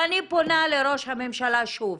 ואני פונה לראש הממשלה שוב,